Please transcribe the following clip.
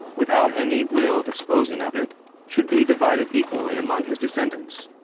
without any will disposing of it should be divided equally among his descendants.